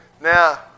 Now